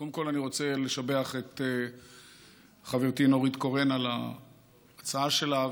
קודם כול אני רוצה לשבח את חברתי נורית קורן על ההצעה שלה,